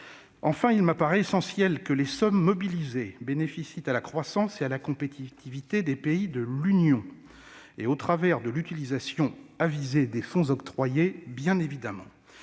Enfin, il m'apparaît essentiel que les sommes mobilisées bénéficient à la croissance et à la compétitivité des pays de l'Union au travers de l'utilisation avisée des fonds octroyés, mais